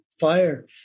fire